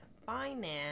finance